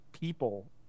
people